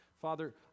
Father